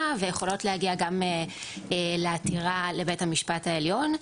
ויכולות להגיע עד לעתירה לבית המשפט העליון.